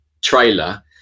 trailer